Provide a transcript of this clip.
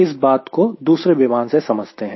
इस बात को दूसरे विमान से समझते हैं